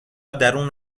درون